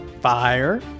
Fire